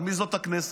אבל מי זאת הכנסת?